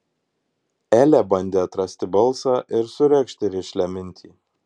elė bandė atrasti balsą ir suregzti rišlią mintį